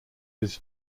his